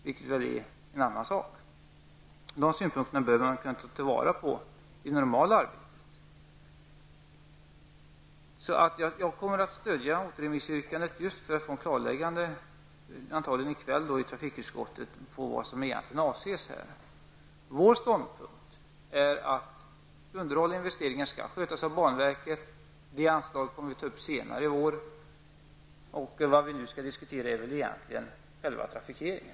Men det är en annan sak. Dessa synpunkter bör kunna beaktas i det normala arbetet. Jag kommer att stödja återremissyrkandet just för att få ett klarläggande på den här punkten. Antagligen blir det i kväll i trafikutskottet. Det handlar ju om vad som egentligen avses här. Vår ståndpunkt är att underhåll och investeringar skall skötas av banverket. Det anslaget kommer vi att aktualisera senare i vår. Vad vi nu skall diskutera är väl egentligen själva trafikeringen.